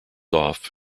off